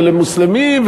ולמוסלמים,